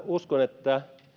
uskon että